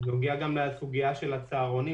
כשנחזיר את הצהרונים